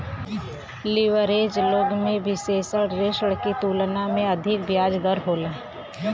leverage loan में विसेष ऋण के तुलना में अधिक ब्याज दर होला